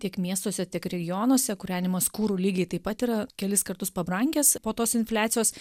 tiek miestuose tiek regionuose kūrenimas kuru lygiai taip pat yra kelis kartus pabrangęs po tos infliacijos